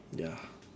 ya